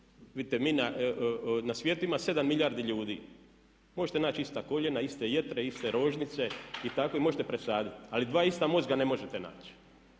Vidite na svijetu ima 7 milijardi ljudi, možete naći ista koljena, iste jetre, iste rožnice i tako, možete presaditi. Ali dva ista mozga ne možete naći.